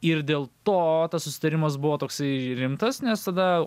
ir dėl to tas susitarimas buvo toksai rimtas nes tada